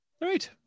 right